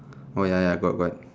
oh ya ya got got